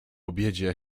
obiedzie